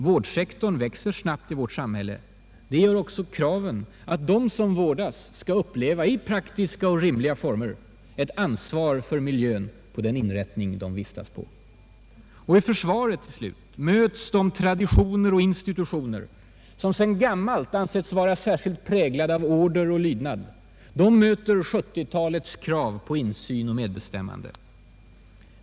Vårdsektorn växer snabbt i vårt samhälle — det gör också kraven att de som vårdas skall uppleva i praktiska och rimliga former ett ansvar för miljön på den inrättning de vistas på. I försvaret, till slut, möts de traditioner och institutioner, som sedan gammalt ansetts vara särskilt präglade av order och lydnad, och 1970-talets krav på insyn och medbestämmande.